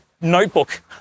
notebook